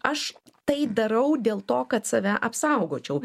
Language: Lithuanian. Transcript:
aš tai darau dėl to kad save apsaugočiau